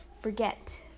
forget